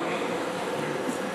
רגע, אנחנו נרשמנו.